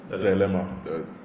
Dilemma